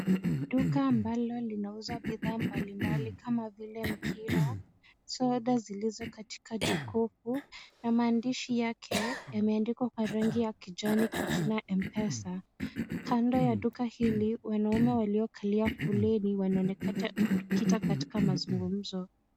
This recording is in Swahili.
Duka ambalo linauza bidhaa mbalimbali kama mpira, soda zilizo katika jokofu na maandishi yake yameandikwa kwa rangi ya kijani kwa jina Mpesa. Kando ya duka hili wanaume waliokalia foleni wanaonekana kukita katika mazungumzo.